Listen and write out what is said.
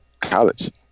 college